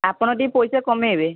ଆପଣ ଟିକିଏ ପଇସା କମେଇବେ